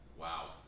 Wow